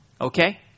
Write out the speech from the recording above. Okay